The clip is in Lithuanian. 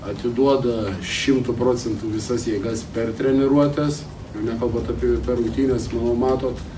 atiduoda šimtu procentų visas jėgas per treniruotes jau nekalbant apie per rungtynes manau matot